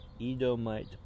Edomite